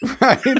Right